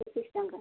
ପଚିଶ ଟଙ୍କା